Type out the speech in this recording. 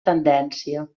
tendència